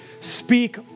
speak